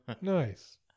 Nice